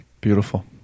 beautiful